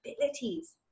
abilities